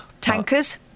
Tankers